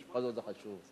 בכל זאת זה חשוב.